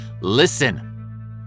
Listen